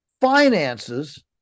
finances